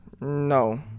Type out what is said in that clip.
No